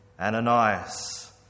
Ananias